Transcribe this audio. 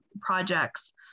projects